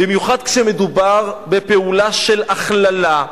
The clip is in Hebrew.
במיוחד כשמדובר בפעולה של הכללה,